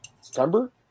September